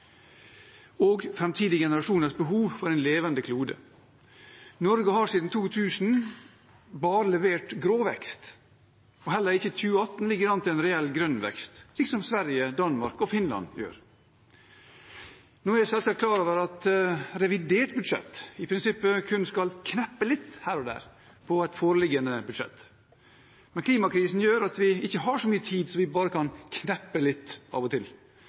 og framtidige generasjoners behov for en levende klode. Norge har siden 2000 bare levert grå vekst, og heller ikke i 2018 ligger det an til en reell grønn vekst, slik som Sverige, Danmark og Finland har. Nå er jeg selvsagt klar over at revidert budsjett i prinsippet kun skal kneppe litt her og der på et foreliggende budsjett, men klimakrisen gjør at vi ikke har så mye tid at vi bare kan kneppe litt av og til.